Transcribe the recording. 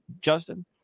Justin